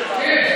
כן.